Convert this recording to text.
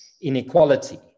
inequality